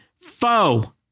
Foe